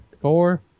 Four